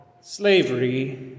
slavery